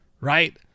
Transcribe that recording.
right